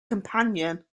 companion